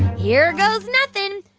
here goes nothing.